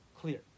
clear